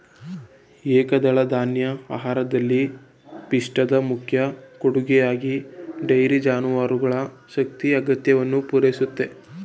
ಏಕದಳಧಾನ್ಯ ಆಹಾರದಲ್ಲಿ ಪಿಷ್ಟದ ಮುಖ್ಯ ಕೊಡುಗೆಯಾಗಿ ಡೈರಿ ಜಾನುವಾರುಗಳ ಶಕ್ತಿಯ ಅಗತ್ಯವನ್ನು ಪೂರೈಸುತ್ತೆ